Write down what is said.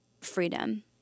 freedom